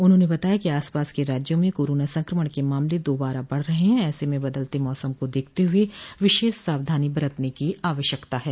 उन्होंने बताया कि आसपास के राज्यों में कोरोना संक्रमण के मामले दोबारा बढ़ रहे हैं ऐसे में बदलते मौसम को देखते हुए विशेष सावधानी बरतने की आवश्यकता है